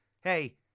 Hey